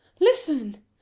listen